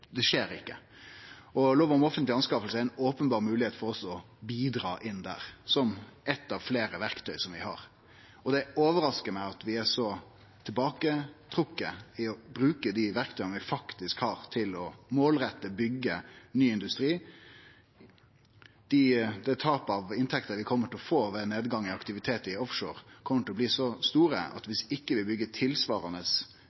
skjer ikkje. Lov om offentlege anskaffingar er ein openberr moglegheit for oss til å bidra inn der, som eitt av fleire verktøy vi har. Og det overraskar meg at vi er så tilbaketrekte med omsyn til å bruke dei verktøya vi faktisk har til å målrette og byggje ny industri. Det tapet av inntekter vi kjem til å få ved ein nedgang i aktivitet i offshore, kjem til å bli så stort at